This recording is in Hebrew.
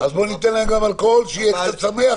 אז בוא ניתן להם גם אלכוהול, שיהיה קצת שמח.